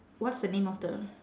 what's the name of the